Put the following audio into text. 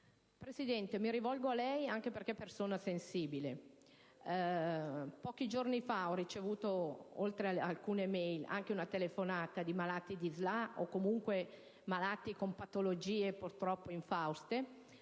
Presidente, mi rivolgo a lei anche perché è persona sensibile. Pochi giorni fa ho ricevuto, oltre ad alcune *mail*, anche una telefonata di malati di SLA, o comunque malati con patologie con prognosi purtroppo infausta.